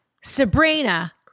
Sabrina